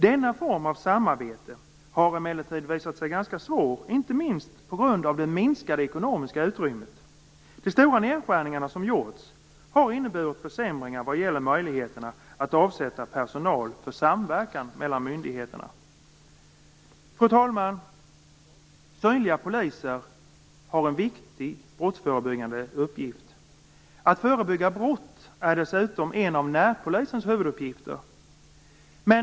Denna form av samarbete har emellertid visat sig ganska svår inte minst på grund av de minskade ekonomiska utrymmet. De stora nedskärningar som gjorts har inneburit försämringar vad gäller möjligheterna att avsätta personal för samverkan mellan myndigheterna. Fru talman! Synliga poliser har en viktig brottsförebyggande uppgift. Att förebygga brott är dessutom en av närpolisens huvuduppgifter.